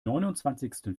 neunundzwanzigsten